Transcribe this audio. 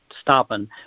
stopping